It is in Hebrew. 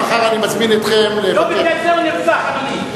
מחר אני מזמין אתכם, לא בגלל זה הוא נרצח, אדוני.